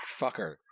fucker